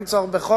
אין צורך בחוק,